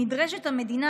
נדרשת המדינה,